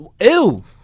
Ew